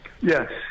Yes